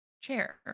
chair